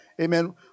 amen